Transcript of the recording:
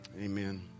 Amen